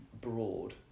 broad